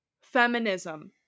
feminism